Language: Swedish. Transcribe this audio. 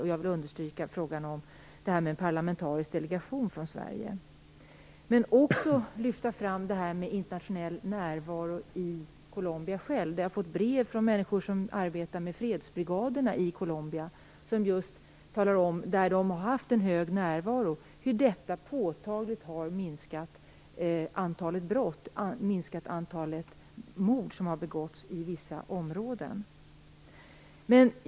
Jag vill också understryka vikten av en parlamentarisk delegation från Internationell närvaro i Colombia är viktig. Jag har fått brev från människor som arbetar med fredsbrigaderna i Colombia, där de har haft en stor internationell närvaro. Detta har påtagligt minskat antalet mord som begåtts i vissa områden.